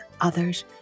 others